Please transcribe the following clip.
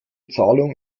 zahlung